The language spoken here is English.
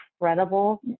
incredible